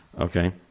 Okay